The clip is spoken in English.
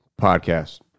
podcast